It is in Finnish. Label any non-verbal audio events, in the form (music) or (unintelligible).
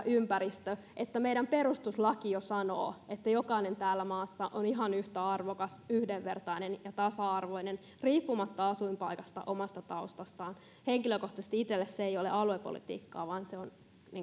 (unintelligible) ympäristö että jo meidän perustuslakimme sanoo että jokainen tässä maassa on ihan yhtä arvokas yhdenvertainen ja tasa arvoinen riippumatta asuinpaikasta omasta taustastaan henkilökohtaisesti itselleni se ei ole aluepolitiikkaa vaan se on